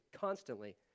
constantly